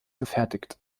gefertigt